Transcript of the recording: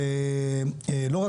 אלא אולי,